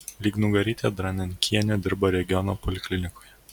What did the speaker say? lygnugarytė dranenkienė dirbo regiono poliklinikoje